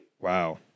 wow